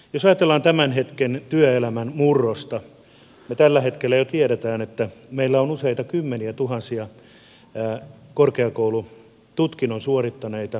jos ajatellaan tämän hetken työelämän murrosta me tällä hetkellä jo tiedämme että meillä on useita kymmeniätuhansia korkeakoulututkinnon suorittaneita työttömiä